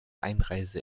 einreise